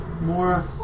More